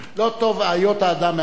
לא טוב היות האדם מעשן.